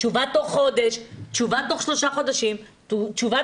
תשובה תוך חודש, תוך שלושה חודשים, אבל